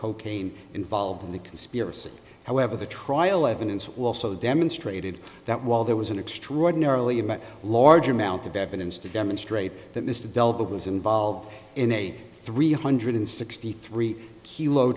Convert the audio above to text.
cocaine involved in the conspiracy however the trial evidence will also demonstrated that while there was an extraordinarily large amount of evidence to demonstrate that mr delahunt was involved in a three hundred sixty three